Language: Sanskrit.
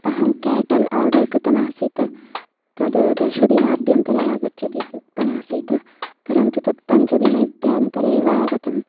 अहं क्याटल् ओर्डर् कृतमासीत् तद् दशदिनाभ्यन्तरे आगच्छतीति उक्तमासीत् परन्तु तत् पञ्चदिनेभ्यः अन्तरे एव आगतं